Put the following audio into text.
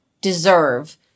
deserve